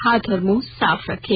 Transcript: हाथ और मुंह साफ रखें